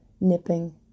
nipping